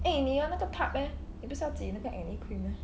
eh 你的那个 tub eh 你不是要挤那个 acne cream meh